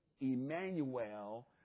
Emmanuel